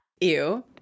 Ew